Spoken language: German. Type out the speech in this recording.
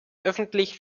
öffentlich